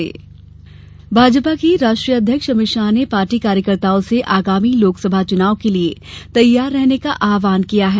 अमित शाह भाजपा के राष्ट्रीय अध्यक्ष अमित शाह ने पार्टी कार्यकर्ताओं से आगामी लोकसभा चुनाव के लिए तैयार रहने का आह्वान किया है